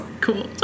Cool